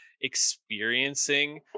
experiencing